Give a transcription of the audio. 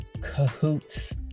cahoots